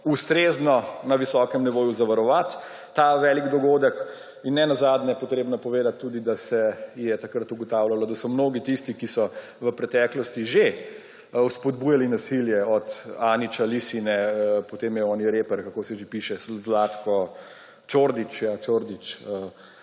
ustrezno, na visokem nivoju zavarovati ta velik dogodek. Nenazadnje je treba povedati tudi, da se je takrat ugotavljalo, da so mnogi tistih, ki so v preteklosti že spodbujali nasilje, od Anisa Ličine, potem je tisti reper, kako se že piše, Zlato Čordić,